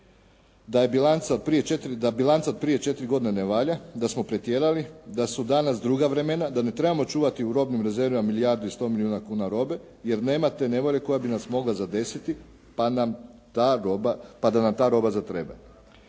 da bilanca od prije četiri godine ne valja, da smo pretjerali, da su danas druga vremena, da ne trebamo čuvati u robnim rezervama milijardu i 100 milijuna kuna robe jer nema te nevolje koja bi nas mogla zadesiti pa da nam ta roba zatreba.